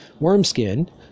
Wormskin